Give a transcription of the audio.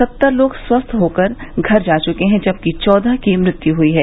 सत्तर लोग स्वस्थ होकर घर जा चुके हैं जबकि चौदह की मृत्यु हुई है